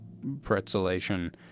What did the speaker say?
pretzelation